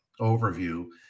overview